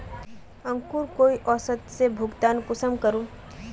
अंकूर कई औसत से भुगतान कुंसम करूम?